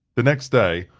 the next day,